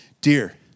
dear